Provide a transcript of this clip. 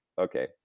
okay